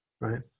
Right